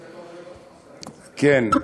כן.